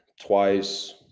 twice